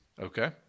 Okay